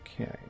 Okay